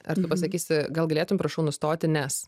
ar tu pasakysi gal galėtum prašau nustoti nes